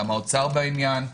גם האוצר בעניין.